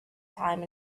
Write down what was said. time